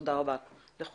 תודה רבה לכולם.